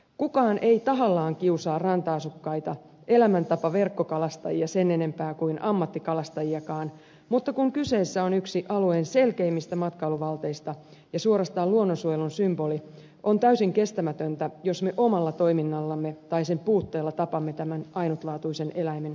kukaan ei tahallaan kiusaa ranta asukkaita elämäntapaverkkokalastajia sen enempää kuin ammattikalastajiakaan mutta kun kyseessä on yksi alueen selkeimmistä matkailuvalteista ja suorastaan luonnonsuojelun symbolista on täysin kestämätöntä jos me omalla toiminnallamme tai sen puutteella tapamme tämän ainutlaatuisen eläimen sukupuuttoon